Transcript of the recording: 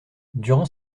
durant